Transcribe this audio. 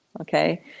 Okay